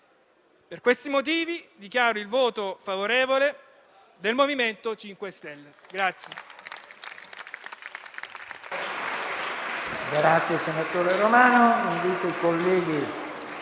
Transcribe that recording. Per questi motivi, dichiaro il voto favorevole del MoVimento 5 Stelle.